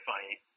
funny